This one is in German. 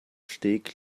steg